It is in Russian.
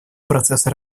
процесса